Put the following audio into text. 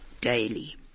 daily